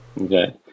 okay